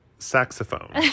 saxophone